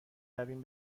رویم